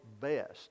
best